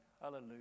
Hallelujah